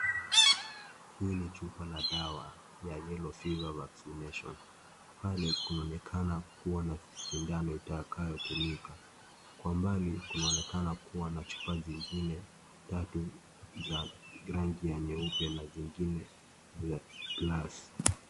Hii ni chupa la dawa ya Yellow Fever Vaccination. Pale kunaonekana kuwa na sindano itakayo tumika. Kwa mbali kunaonekana kuwa na chupa zingine tatu za rangi ya nyeupe na zingine kwa glasi.